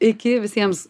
iki visiems